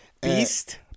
Beast